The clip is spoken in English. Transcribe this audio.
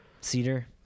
Cedar